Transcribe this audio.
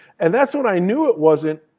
and that's when i knew it wasn't